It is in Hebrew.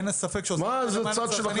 אין ספק שעושים את זה למען הצרכנים.